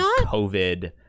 COVID